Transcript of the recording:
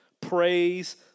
praise